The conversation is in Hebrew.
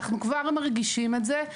אנחנו כבר מרגישים את זה.